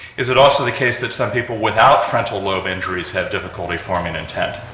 is it also the case that some people without frontal lobe injuries have difficulty forming intent?